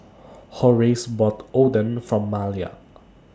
Horace bought Oden For Malia